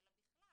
אלא בכלל